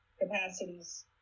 capacities